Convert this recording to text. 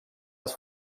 das